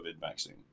vaccine